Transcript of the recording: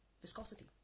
viscosity